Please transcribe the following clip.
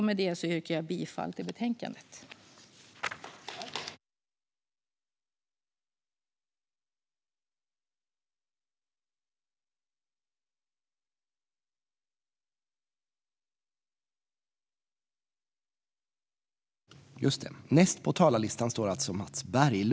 Med det yrkar jag bifall till utskottets förslag i betänkandet.